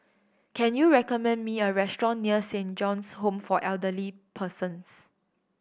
can you recommend me a restaurant near Saint John's Home for Elderly Persons